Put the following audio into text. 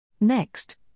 Next